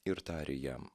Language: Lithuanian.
ir tarė jam